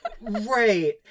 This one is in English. Right